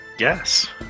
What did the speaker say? Yes